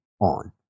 on